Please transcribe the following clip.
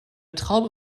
traube